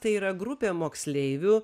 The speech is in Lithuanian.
tai yra grupė moksleivių